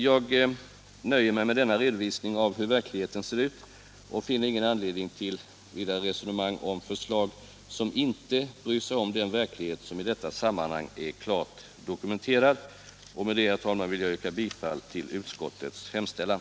Jag nöjer mig med denna redovisning av hur verkligheten ser ut och finner ingen anledning till vidare resonemang om förslag som inte bryr sig om den verklighet som i detta sammanhang är klart dokumenterad. Med detta, herr talman, vill jag yrka bifall till utskottets hemställan.